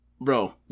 bro